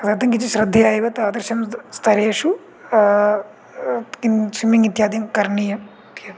तत् किञ्चित् श्रद्दया एव तादृशं त् स्थलेषु किं स्विम्मिङ्ग् इत्यादिकं करणीयं इत्येव